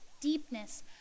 deepness